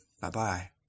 Bye-bye